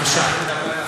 בבקשה.